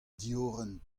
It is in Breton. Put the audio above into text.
diorren